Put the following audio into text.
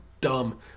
dumb